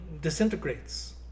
disintegrates